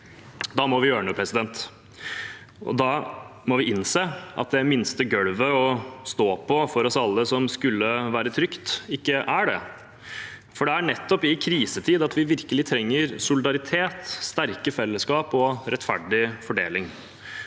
Da må vi gjøre noe. Da må vi innse at det minste gulvet å stå på for oss alle, som skulle være trygt, ikke er det, for det er nettopp i krisetider vi virkelig trenger solidaritet, sterke fellesskap og rettferdig fordeling.